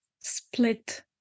split